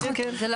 כן, כן.